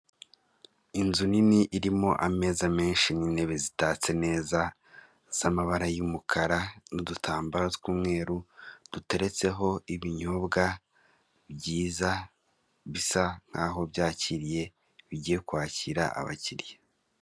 Inzu nini irimo ameza menshi n'intebe zitatse neza z'amabara y'umukara n'udutambaro tw'umweru duteretseho ibinyobwa byiza bisa nk'aho byakiriye bigiye kwakira abakiriya.